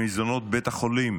במסדרונות בית החולים